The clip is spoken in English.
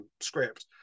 script